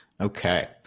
Okay